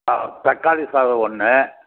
தக்காளி சாதம் ஒன்று